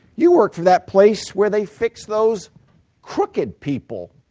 you work for that place where they fix those crooked people.